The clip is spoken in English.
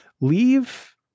leave